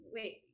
Wait